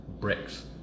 Bricks